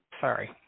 Sorry